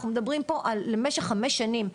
אנחנו מדברים פה על משך חמש שנים.